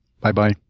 Bye-bye